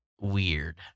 weird